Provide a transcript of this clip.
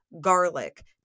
Garlic